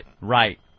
Right